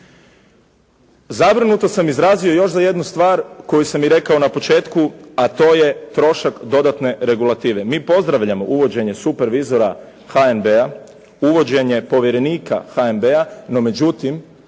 Zabrinutost sam izrazio još za jednu stvar koju sam i rekao na početku, a to je trošak dodatne regulative. Mi pozdravljamo uvođenje supervizora HNB-a, uvođenje povjerenika HNB-a, no međutim